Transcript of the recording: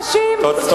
האנשים שמתו.